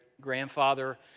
grandfather